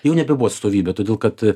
jau nebebuvo atstovybė todėl kad